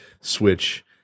Switch